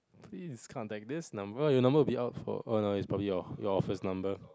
please contact this number your number will be out for oh no it's probably your your office number